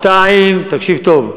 שניים, בעיה, תקשיב טוב,